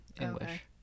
English